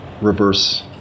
reverse